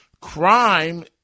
crime